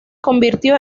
convirtió